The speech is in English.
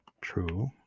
true